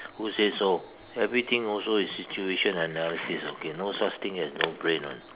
who say so everything also is situation analysis okay no such thing as no brain [one]